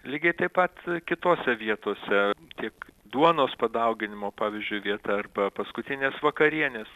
lygiai taip pat kitose vietose tik duonos padauginimo pavyzdžiui vieta arba paskutinės vakarienės